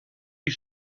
you